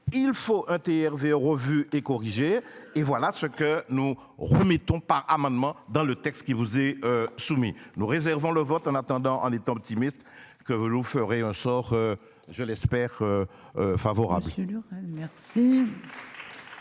il faut hein TRV revue et corrigée et voilà ce que nous remettons pas amendement dans le texte qui vous est soumis, nous réservons le vote en attendant en étant optimiste. Que vous nous ferez au sort je l'espère. Favorable.